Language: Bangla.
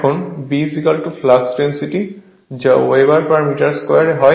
এখন B ফ্লাক্স ডেনসিটি যা ওয়েবার পার মিটার2 হয়